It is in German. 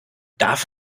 darf